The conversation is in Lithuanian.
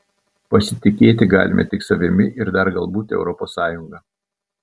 pasitikėti galime tik savimi ir dar galbūt europos sąjunga